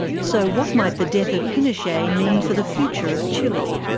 so what might the death of pinochet mean for the future of chile?